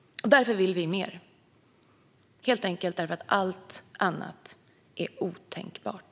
Därför vill vi mer, helt enkelt därför att allt annat är otänkbart.